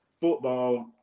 football